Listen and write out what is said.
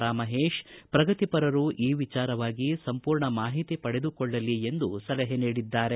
ರಾ ಮಹೇತ್ ಪ್ರಗತಿಪರರು ಈ ವಿಚಾರವಾಗಿ ಸಂಪೂರ್ಣ ಮಾಹಿತಿ ಪಡೆದುಕೊಳ್ಳಲಿ ಎಂದು ಸಲಹೆ ನೀಡಿದ್ದಾರೆ